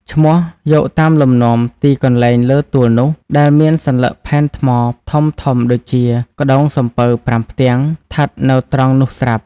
ឈ្នោះយកតាមលំនាំ ទីកន្លែងលើទួលនោះ ដែលមានសន្លឹកផែនថ្មធំៗដូចជា ក្តោងសំពៅប្រាំផ្ទាំង ឋិតនៅត្រង់នោះស្រាប់ ។